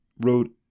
wrote